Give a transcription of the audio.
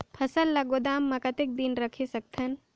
फसल ला गोदाम मां कतेक दिन रखे सकथन?